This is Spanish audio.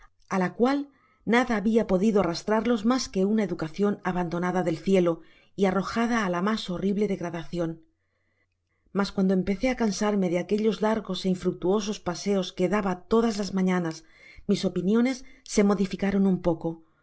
á la cual nada habia podido arrastrarlos mas que una educacion abandonada del cielo y arrojada á la mas horrible degradacion mas cuando empecé á cansarme de aquellos largos é infructuosos paseos que daba todas las mañanas mis opiniones se modificaron un poco consideré con mas